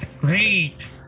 Great